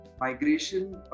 migration